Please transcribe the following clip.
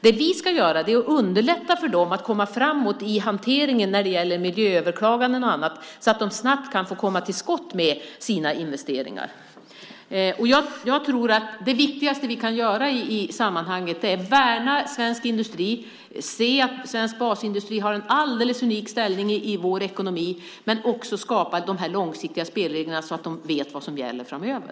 Det vi ska göra är att underlätta för dem att komma fram i hanteringen när det gäller miljööverklaganden och annat, så att de snabbt kan få komma till skott med sina investeringar. Det viktigaste vi kan göra i det här sammanhanget är att värna svensk industri, se att svensk basindustri har en alldeles unik ställning i vår ekonomi och också skapa långsiktiga spelregler, så att de vet vad som gäller framöver.